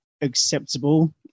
acceptable